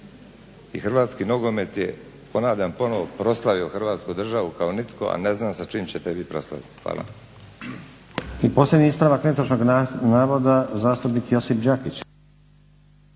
I hrvatski nogomet ponavljam ponovno proslavio Hrvatsku državu kao nitko, a ne znam sa čim ćete vi proslaviti. Hvala.